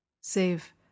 save